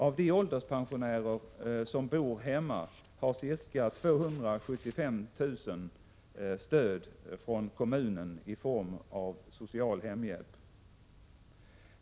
Av de ålderspensionärer som bor hemma har ca 275 000 stöd från kommunen i form av social hemhjälp.